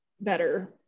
better